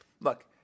look